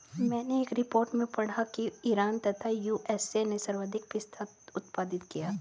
मैनें एक रिपोर्ट में पढ़ा की ईरान तथा यू.एस.ए ने सर्वाधिक पिस्ता उत्पादित किया